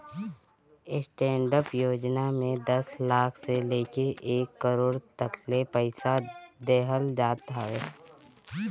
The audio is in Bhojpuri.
स्टैंडडप योजना में दस लाख से लेके एक करोड़ तकले पईसा देहल जात हवे